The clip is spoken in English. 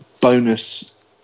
bonus